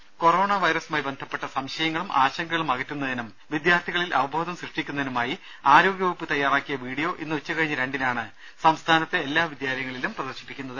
ദരര കൊറോണ വൈറസുമായി ബന്ധപ്പെട്ട സംശയങ്ങളും ആശങ്കകളും അകറ്റുന്നതിനും വിദ്യാർത്ഥികളിൽ അവബോധം സൃഷ്ടിക്കുന്നതിനുമായി ആരോഗ്യവകുപ്പ് തയ്യാറാക്കിയ വീഡിയോ ഇന്ന് ഉച്ചകഴിഞ്ഞ് രണ്ടിനാണ് സംസ്ഥാനത്തെ എല്ലാ വിദ്യാലയങ്ങളിലും പ്രദർശിപ്പിക്കുന്നത്